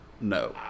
No